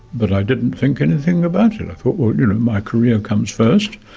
but i didn't think anything about it, i thought you know my career comes first.